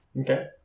Okay